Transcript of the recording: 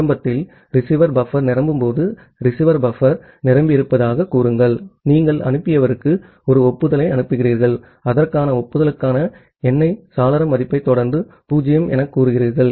ஆரம்பத்தில் receiver buffer நிரம்பும்போது receiver buffer நிரம்பியிருப்பதாகக் கூறுங்கள் இதனால் நீங்கள் அனுப்பியவருக்கு ஒரு ஒப்புதலை அனுப்புகிறீர்கள் அதற்கான ஒப்புதலுக்கான எண்ணை சாளர மதிப்பைத் தொடர்ந்து 0 எனக் கூறுகிறீர்கள்